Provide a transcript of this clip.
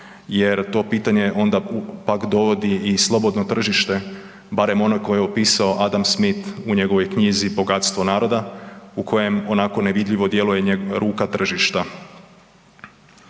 jer to pitanje onda pak dovodi i slobodno tržište barem ono koje je opisao Adam Smith u njegovoj knjizi „Bogatstvo naroda“ u kojem onako nevidljivo djeluje ruka tržišta.